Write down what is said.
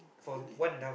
!wow! really